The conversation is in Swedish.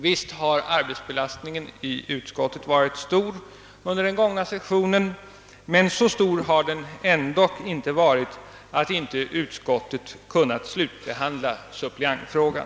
Visst har arbetsbelastningen i utskottet varit stor under den gångna sessionen, men så stor har den ändock inte varit att inte utskottet kunnat slutbehandlat suppleantfrågan.